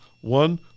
one